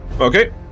Okay